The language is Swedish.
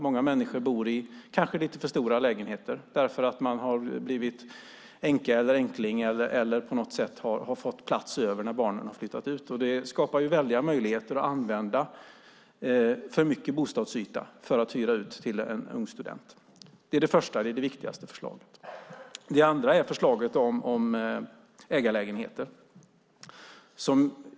Många människor bor i lite för stora lägenheter därför att de har blivit änka eller änkling eller har fått plats över när barnen har flyttat ut. Det skapar möjligheter att använda för mycket bostadsyta till att hyra ut till en ung student. Det är det viktigaste förslaget. Det andra förslaget gäller ägarlägenheter.